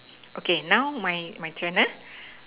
okay now my my turn